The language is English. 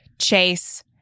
Chase